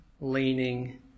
leaning